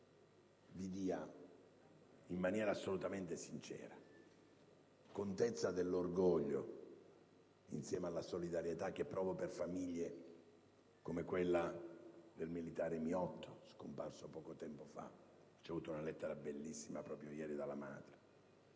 vi dia, in maniera assolutamente sincera, contezza dell'orgoglio, insieme alla solidarietà che provo per famiglie come quella del militare Miotto, scomparso poco tempo fa - ho ricevuto proprio ieri una lettera bellissima dalla madre